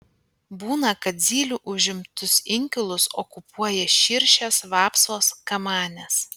būna kad zylių užimtus inkilus okupuoja širšės vapsvos kamanės